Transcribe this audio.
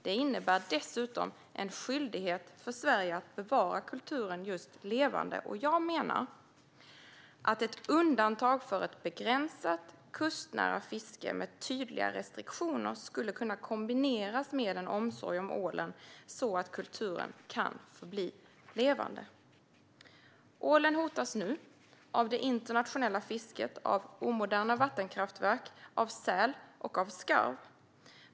Det innebär dessutom en skyldighet för Sverige att bevara kulturen levande. Jag menar att ett undantag för ett begränsat, kustnära fiske med tydliga restriktioner skulle kunna kombineras med en omsorg om ålen så att kulturen kan förbli levande. Ålen hotas nu av det internationella fisket, av omoderna vattenkraftverk, av säl och av skarv.